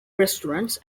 restaurants